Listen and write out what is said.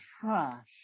trash